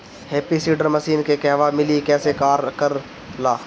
Happy seeder machine के कहवा मिली कैसे कार कर ला?